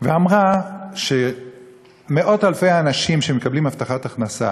ואמרה שמאות-אלפי האנשים שמקבלים הבטחת הכנסה